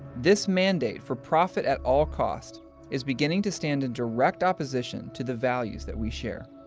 this mandate for profit at all cost is beginning to stand in direct opposition to the values that we share.